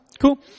cool